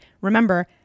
remember